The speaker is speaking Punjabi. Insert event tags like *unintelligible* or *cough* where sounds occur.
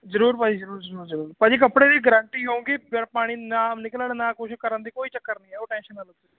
ਜਰੂਰ ਭਾਜੀ ਜਰੂਰ ਜਰੂਰ ਭਾਅ ਜੀ ਕੱਪੜੇ ਦੀ ਗਰੰਟੀ ਹੋਊਗੀ *unintelligible* ਕੋਈ ਚੱਕਰ ਨਹੀਂ ਉਹ ਟੈਂਸ਼ਨ ਨਾ ਲ ਤੁਸੀਂ